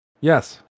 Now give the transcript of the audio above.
Yes